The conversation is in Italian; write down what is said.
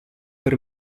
per